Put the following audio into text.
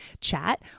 chat